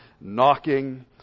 knocking